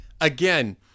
again